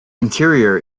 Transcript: interior